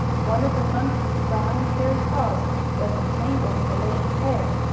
one of the monkey's brown, hairy paws was entangled in the lady's hair,